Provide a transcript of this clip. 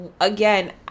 again